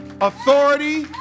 authority